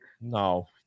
No